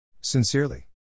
Sincerely